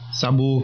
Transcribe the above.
sabu